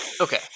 Okay